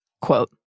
Quote